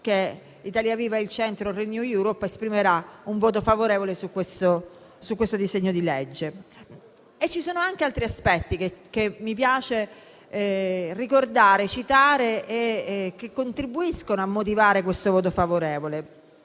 Italia Viva-Il Centro-Renew Europe esprimerà un voto favorevole su questo disegno di legge. Ci sono anche altri aspetti che mi piace citare, perché contribuiscono a motivare questo voto favorevole.